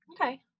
Okay